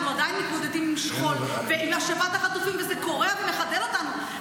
אנחנו עדיין מתמודדים עם שכול ועם השבת החטופים וזה קורע ומחדל אותנו,